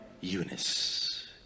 Eunice